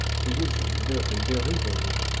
he was in the rue de rivoli,